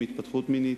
התפתחות מינית,